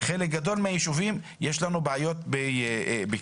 בחלק גדול מהיישובים יש לנו בעיות בקליטה.